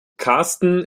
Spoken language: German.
karsten